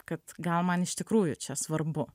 kad gal man iš tikrųjų čia svarbu